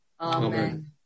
Amen